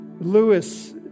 Lewis